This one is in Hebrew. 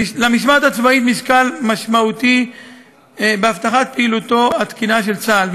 למשמעת הצבאית משקל משמעותי בהבטחת פעילותו התקינה של צה״ל,